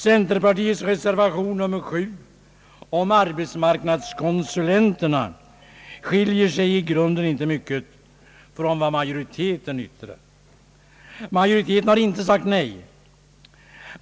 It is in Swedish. Centerpartiets reservation nr 7 beträffande arbetsmarknadskonsulenterna skiljer sig i grunden inte mycket från vad majoriteten har ansett. Majoriteten har inte sagt nej.